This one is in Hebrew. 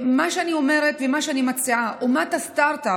מה שאני אומרת ומה שאני מציעה: אומת הסטרטאפ,